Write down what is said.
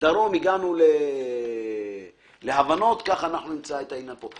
דרום הגענו להבנות כך נמצא את הדרך גם פה.